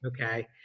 Okay